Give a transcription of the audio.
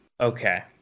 okay